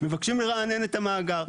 מבקשים לרענן את המאגר.